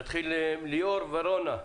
נתחיל עם ליאור ורונה.